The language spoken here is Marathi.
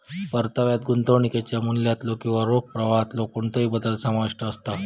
परताव्यात गुंतवणुकीच्या मूल्यातलो किंवा रोख प्रवाहातलो कोणतोही बदल समाविष्ट असता